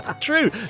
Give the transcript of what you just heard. True